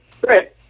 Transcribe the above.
Great